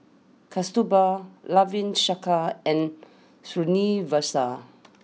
Kasturba Ravi Shankar and Srinivasa